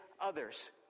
others